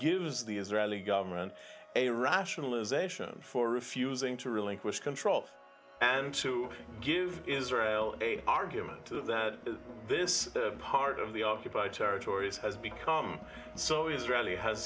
gives the israeli government a rationalization for refusing to relinquish control and to give israel a argument that this part of the occupied territories has become so israeli has